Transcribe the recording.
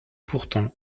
pourtant